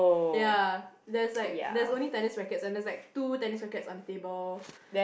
ya there's like there's only tennis rackets and there's like two tennis rackets on the table